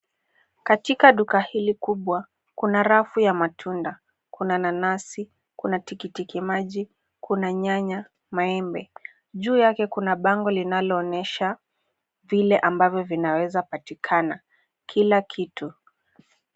Katika duka hili kubwa, kuna rafu ya matunda. Kuna nanasi, kuna tikitimaji, kuna nyanya, maembe. Juu yake kuna bango linaloonyesha vile ambavyo vinaweza patikana. Kila kitu.